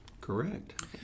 Correct